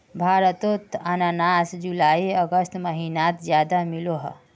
भारतोत अनानास जुलाई अगस्त महिनात ज्यादा मिलोह